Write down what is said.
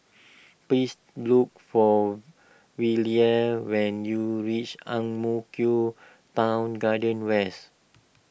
please look for Velia when you reach Ang Mo Kio Town Garden West